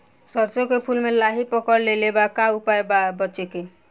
सरसों के फूल मे लाहि पकड़ ले ले बा का उपाय बा बचेके?